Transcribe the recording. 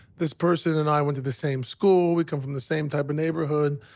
this person and i went to the same school, we come from the same type of neighborhood,